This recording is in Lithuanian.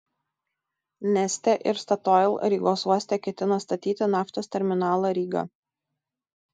neste ir statoil rygos uoste ketina statyti naftos terminalą ryga